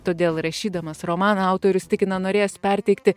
todėl rašydamas romaną autorius tikina norėjęs perteikti